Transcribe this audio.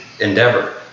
endeavor